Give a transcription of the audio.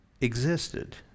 existed